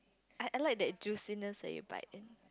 I I like that juiciness that you buy